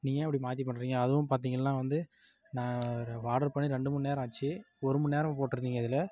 நீங்கள் ஏன் இப்படி மாற்றி பண்ணுறீங்க அதுவும் பாத்திங்கனா வந்து நான் ஆர்டர் பண்ணி ரெண்டு மணிநேரம் ஆச்சு ஒரு மணிநேரம்னு போட்டுருந்தீங்க அதில்